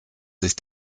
sich